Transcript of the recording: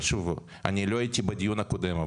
אני לא הייתי בדיון הקודם,